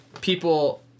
people